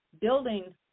building